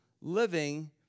Living